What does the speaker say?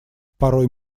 порой